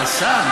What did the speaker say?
רגע, השר.